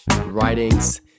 writings